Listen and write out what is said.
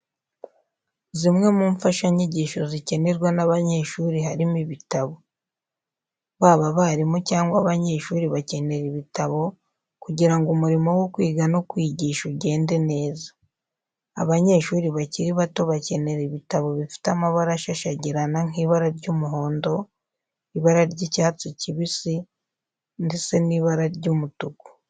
Zimwe mu mfashanyigisho zikenerwa n'abanyeshuri harimo ibitabo. Baba abarimu cyangwa abanyeshuri bakenera ibitabo kugira ngo umurimo wo kwiga no kwigisha ugende neza. Abanyeshuri bakiri bato bakenera ibitabo bifite amabara ashashagirana nk'ibara ry'umuhondo, ibara ry'icyatsi kibisi ndetse n'ibara ry'umutuku.